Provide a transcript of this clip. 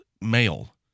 male